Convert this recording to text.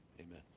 Amen